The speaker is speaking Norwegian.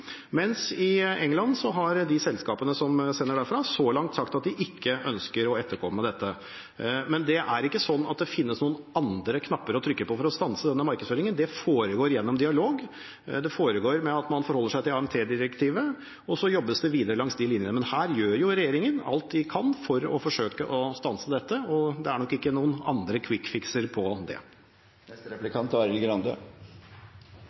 mens i England har selskapene som sender derfra, så langt sagt at de ikke ønsker å etterkomme dette. Men det er ikke sånn at det finnes noen andre knapper å trykke på for å stanse denne markedsføringen. Det foregår gjennom dialog. Det foregår ved at man forholder seg til AMT-direktivet, og så jobbes det videre langs de linjene. Men her gjør jo regjeringen alt de kan for å forsøke å stanse dette, og det er nok ikke noen andre «quick fix»-er for det.